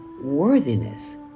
worthiness